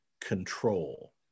control